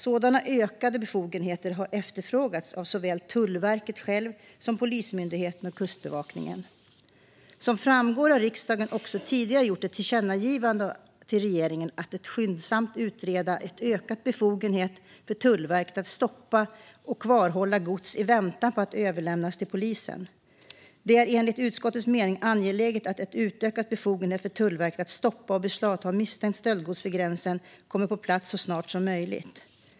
Sådana ökade befogenheter har efterfrågats av såväl Tullverket självt som av Polismyndigheten och Kustbevakningen. Som framgår har riksdagen också tidigare gjort ett tillkännagivande till regeringen om att skyndsamt utreda en ökad befogenhet för Tullverket att stoppa och kvarhålla gods i väntan på överlämnande till polis. Det är enligt utskottets mening angeläget att en utökad befogenhet för Tullverket att stoppa och beslagta misstänkt stöldgods vid gränsen kommer på plats så snart som möjligt.